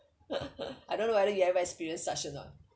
I don't know whether you have experienced such or not